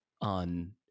on